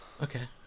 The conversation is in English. Okay